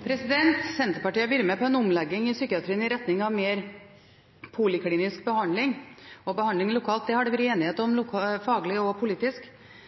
Senterpartiet har vært med på en omlegging i psykiatrien i retning av mer poliklinisk behandling, og behandling lokalt har det vært enighet om faglig og politisk.